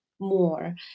more